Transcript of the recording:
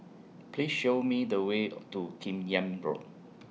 Please Show Me The Way to Kim Yam Road